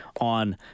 on